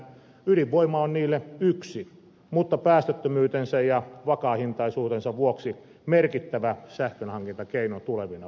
ydinvoima on niille yksi mutta päästöttömyytensä ja vakaahintaisuutensa vuoksi merkittävä sähkönhankintakeino tulevina vuosina